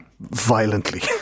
violently